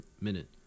minute